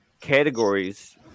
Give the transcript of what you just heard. categories